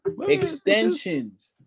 Extensions